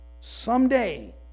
Someday